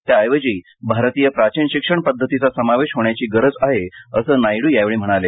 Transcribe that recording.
त्याऐवजी भारतीय प्राचीन शिक्षण पद्धतीचा समावेश होण्याची गरज आहे असंही नायडू यावेळी म्हणाले